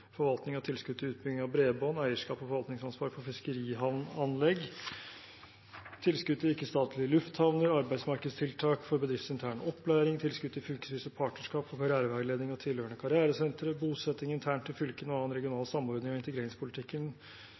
forvaltning av tilskudd til utbygging av bredbånd, eierskaps- og forvaltningsansvar for fiskerihavneanlegg, tilskudd til ikke-statlige lufthavner, arbeidsmarkedstiltak for bedriftsintern opplæring, tilskudd til fylkesvise partnerskap for karriereveiledning og tilhørende karrieresentre, bosetting internt i fylkene og annen regional samordning av integreringspolitikken,